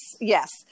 yes